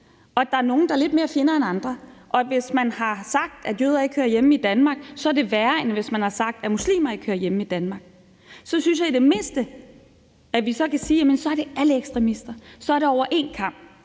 så der er nogle, der er lidt mere fjender end andre, og at hvis man har sagt, at jøder ikke hører hjemme i Danmark, er det værre, end hvis man har sagt, at muslimer ikke hører hjemme i Danmark. Så synes jeg i det mindste, at vi kan sige, at så er det alle ekstremister; så er det over én kam.